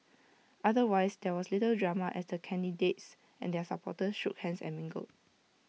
otherwise there was little drama as the candidates and their supporters shook hands and mingled